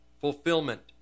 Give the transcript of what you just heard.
fulfillment